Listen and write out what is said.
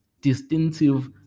distinctive